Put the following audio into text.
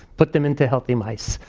put them into healthy mice.